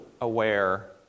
aware